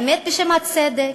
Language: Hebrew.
האם באמת בשם הצדק?